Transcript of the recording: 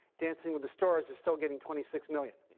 dancing with the stars is still getting twenty six million.